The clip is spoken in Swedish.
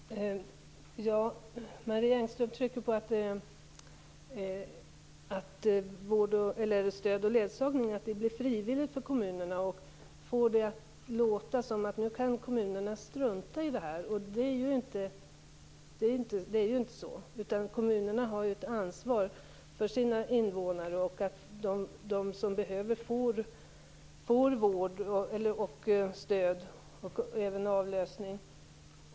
Fru talman! Marie Engström trycker på att stöd och ledsagning blir frivilligt för kommunerna och får det att låta som att kommunerna nu kan strunta i det här. Så är det ju inte, utan kommunerna har ju ett ansvar för sina invånare. De som behöver får också stöd och även avlösning.